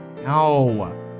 no